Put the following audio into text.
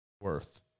Worth